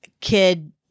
kid